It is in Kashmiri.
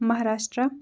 مہاراسٹرٛا